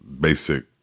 basic